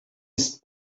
ist